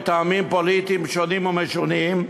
מטעמים פוליטיים שונים ומשונים,